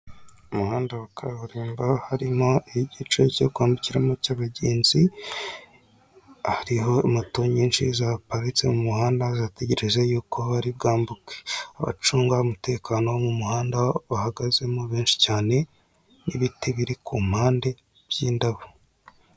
Umuhanda wa kaburimbo hariho igice cyo kwambukiramo cy'abagenzi hariho moto nyinshi zaparitse mu muhanda zategereje yuko bari bwambuke abacunga umutekano wo mu muhanda bahagazemo benshi cyane, n'ibiti biri ku mpande by'indabo.